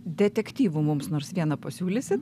detektyvų mums nors vieną pasiūlysit